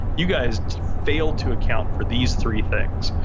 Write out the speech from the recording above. you guys failed to account for these three things.